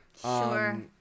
Sure